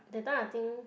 that time I think